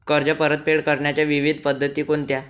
कर्ज परतफेड करण्याच्या विविध पद्धती कोणत्या?